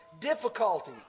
difficulty